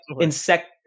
Insect